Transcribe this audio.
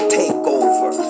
takeover